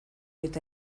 eta